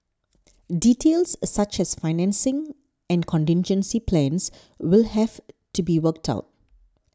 details such as financing and contingency plans will have to be worked out